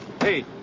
Hey